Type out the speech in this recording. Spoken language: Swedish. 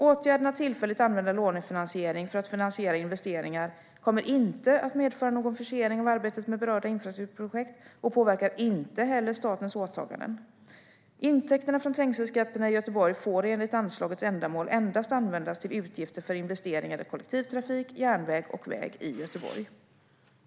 Åtgärden att tillfälligt använda lånefinansiering för att finansiera investeringar kommer inte att medföra någon försening av arbetet med berörda infrastrukturprojekt och påverkar inte heller statens åtaganden. Intäkterna från trängselskatten i Göteborg får enligt anslagets ändamål endast användas till utgifter för investeringar i kollektivtrafik, järnväg och väg i Göteborg.